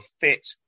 fit